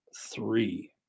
three